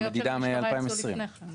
הנחיות המשטרה יצאו עוד לפני כן.